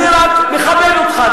אני מכבד אותך.